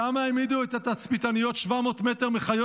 למה העמידו את התצפיתניות 700 מטר מחיות